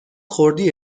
خوردی